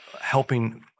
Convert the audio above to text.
helping